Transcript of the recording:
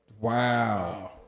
Wow